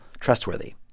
trustworthy